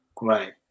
Right